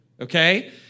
okay